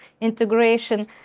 integration